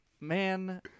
man